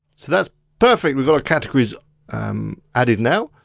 so that's perfect, we've got categories added now.